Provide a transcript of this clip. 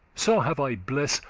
so have i bliss,